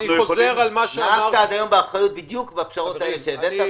נהגת עד היום באחריות בדיוק בפשרות שהבאת,